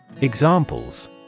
Examples